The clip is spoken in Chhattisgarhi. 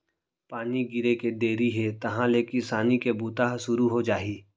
पानी गिरे के देरी हे तहॉं ले किसानी के बूता ह सुरू हो जाही